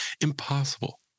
impossible